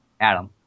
Adam